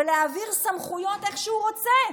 ולהעביר סמכויות איך שהוא רוצה.